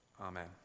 Amen